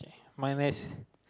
my mass